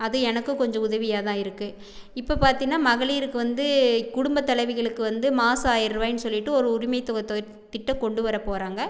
அது எனக்கும் கொஞ்சம் உதவியாகதா இருக்குது இப்போ பார்த்தீன்னா மகளிருக்கு வந்து குடும்ப தலைவிகளுக்கு வந்து மாதம் ஆயிரம் ரூபாயினு சொல்லிகிட்டு ஒரு உரிமை தொகை திட்டம் கொண்டு வர போகிறாங்க